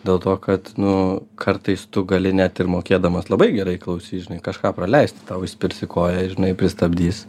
dėl to kad nu kartais tu gali net ir mokėdamas labai gerai klausy žinai kažką praleisti tau įspirs į koją žinai pristabdys